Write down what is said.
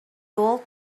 gold